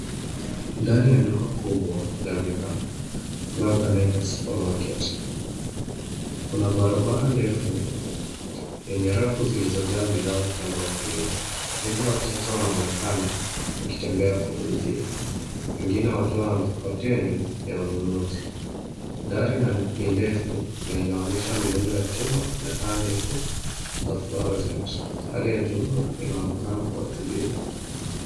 Ndani ya duka kubwa la bidhaa , labda cs[Naivas Supermarket]cs. Kuna barabara ndefu yenye rafu zilizojaa bidhaa upande wa kulia. Wateja wachache wanaonekana wakitembea kwenye njia, wengine wakiwa na mikokoteni ya ununuzi. Dari ni ndefu na inaonyesha miundo ya chuma na taa ndefu za cs[fluorescent]cs. Hali ya jumla inaonekana kuwa utulivu.